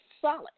solid